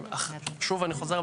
שוב אני חוזר,